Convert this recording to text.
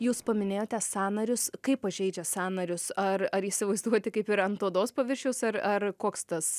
jūs paminėjote sąnarius kaip pažeidžia sąnarius ar ar įsivaizduoti kaip ir ant odos paviršiaus ar ar koks tas